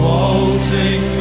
Waltzing